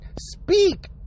speak